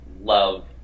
love